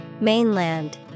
Mainland